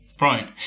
right